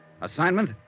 Assignment